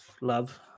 love